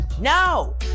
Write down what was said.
No